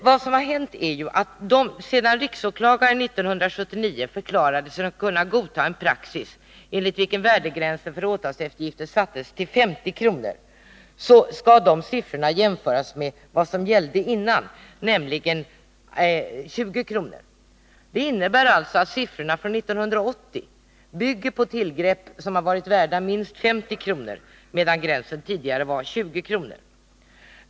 Vad som har hänt är att riksåklagaren 1979 förklarade sig kunna godta en praxis enligt vilken värdegränsen för åtalseftergift sattes till 50 kr. Det senaste årets siffror skall alltså jämföras med vad som gällde tidigare, då värdegränsen för åtalseftergift var 20 kr. Det innebär alltså att siffrorna för 1980 bygger på tillgrepp som har varit värda minst 50 kronor medan gränsen tidigare var 20 kronor.